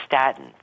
statin